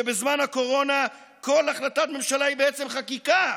שבזמן הקורונה כל החלטת ממשלה היא בעצם חקיקה,